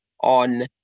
on